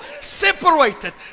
separated